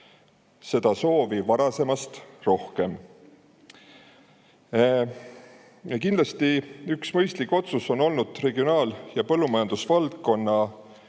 seda soovi varasemast rohkem. Kindlasti on üks mõistlik otsus olnud regionaal‑ ja põllumajandusvaldkonna